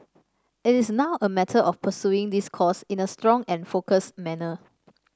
it is now a matter of pursuing this course in a strong and focused manner